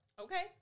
Okay